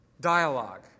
dialogue